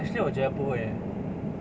actually 我觉得不会 eh